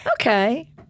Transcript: Okay